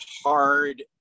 hard